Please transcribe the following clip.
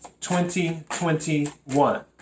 2021